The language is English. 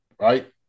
Right